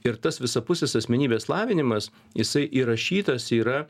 ir tas visapusės asmenybės lavinimas jisai įrašytas yra